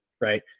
right